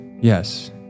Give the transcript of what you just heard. Yes